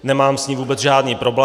Nemám s ním vůbec žádný problém.